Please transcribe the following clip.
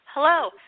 Hello